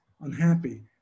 unhappy